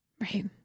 Right